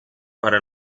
para